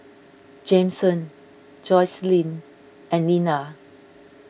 Jameson Joycelyn and Linna